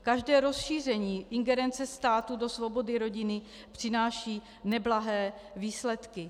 Každé rozšíření ingerence státu do svobody rodiny přináší neblahé výsledky.